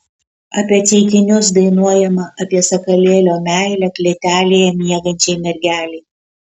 apie ceikinius dainuojama apie sakalėlio meilę klėtelėje miegančiai mergelei